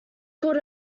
called